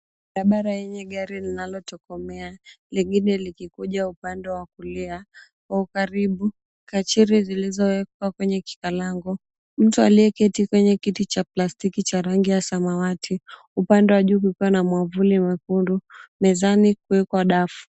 Kamera lenye gari inayotokomea lengine likikuja upande wa kulia. Kwa ukaribu kachiri kilichowekwa kwenye kikalango. Mtu aliyeketi kwenye kiti cha plastiki cha rangi ya samawati. Upande wa juu kukiwa na mwavuli mwekundu. Mezani kuwekwa dafu.